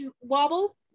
wobble